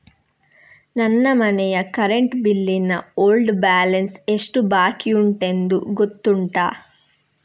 ನನ್ನ ಮನೆಯ current bill ನ ಓಲ್ಡ್ ಬ್ಯಾಲೆನ್ಸ್ ಎಷ್ಟು ಬಾಕಿಯುಂಟೆಂದು ಗೊತ್ತುಂಟ?